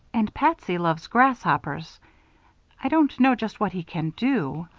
and patsy loves grasshoppers i don't know just what he can do.